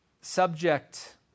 subject